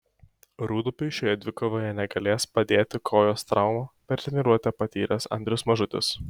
rūdupiui šioje dvikovoje negalės padėti kojos traumą per treniruotę patyręs andrius mažutis